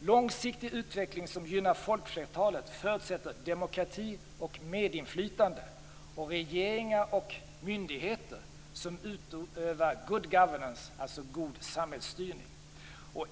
Långsiktig utveckling som gynnar folkflertalet förutsätter demokrati och medinflytande och regeringar och myndigheter som utövar god samhällsstyrning.